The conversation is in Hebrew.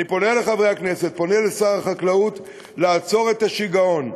אני פונה לחברי הכנסת ופונה לשר החקלאות לעצור את השיגעון.